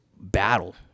battle